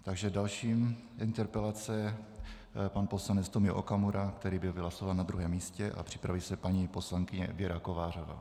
Takže další interpelace pan poslanec Tomio Okamura, který byl vylosován na druhém místě, a připraví se paní poslankyně Věra Kovářová.